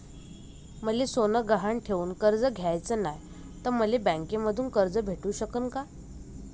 मले सोनं गहान ठेवून कर्ज घ्याचं नाय, त मले बँकेमधून कर्ज भेटू शकन का?